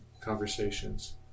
conversations